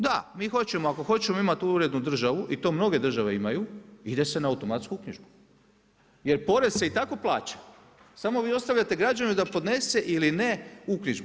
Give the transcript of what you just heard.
Da, mi hoćemo ako hoćemo imati urednu državu i to mnoge države imaju ide se na automatsku uknjižbu, jer porez se i tako plaća samo vi ostavljate građane da podnese ili ne uknjižbu.